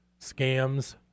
scams